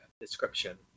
description